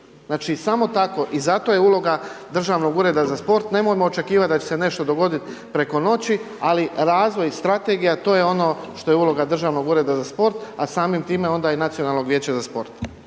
znači samo tako. I zato je uloga Državnog ureda za sport, nemojmo očekivat da će se nešto dogodit preko noći, ali razvoj strategija to je ono što je uloga Državnog ureda za sport, a samim time onda i Nacionalnog vijeća za sport.